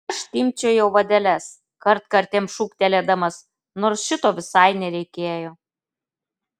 aš timpčiojau vadeles kartkartėm šūktelėdamas nors šito visai nereikėjo